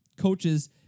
coaches